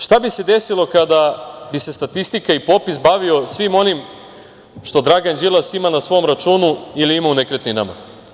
Šta bi se desilo kada bi se statistika i popis bavio svim onim što Dragan Đilas ima na svom računu ili ima u nekretninama.